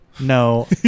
No